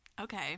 Okay